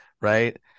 right